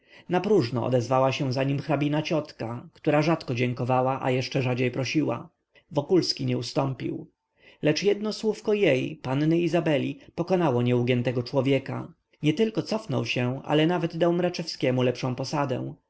młodzieńcem napróżno odezwała się za nim hrabina ciotka która rzadko dziękowała a jeszcze rzadziej prosiła wokulski nie ustąpił lecz jedno słówko jej panny izabeli pokonało nieugiętego człowieka nietylko cofnął się ale nawet dał mraczewskiemu lepszą posadę